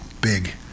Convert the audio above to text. big